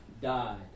died